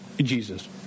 Jesus